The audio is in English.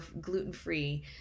gluten-free